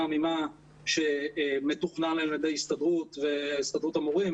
ממה שמתוכנן על ידי הסתדרות המורים,